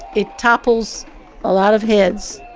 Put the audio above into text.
it topples a lot of heads.